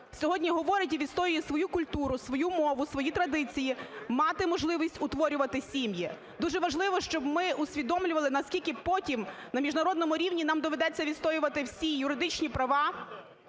сьогодні говорить і відстоює свою культуру, свою мову, свої традиції, мати можливість утворювати сім'ї. Дуже важливо, щоб ми усвідомлювали наскільки потім на міжнародному рівні нам доведеться відстоювати всі юридичні права